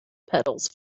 pedals